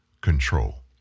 control